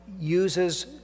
uses